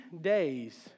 days